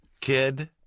kid